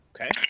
Okay